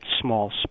small